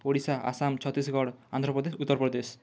Odisha Assam Chhattisgarh Andhra Pradesh Uttar Pradesh